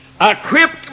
equipped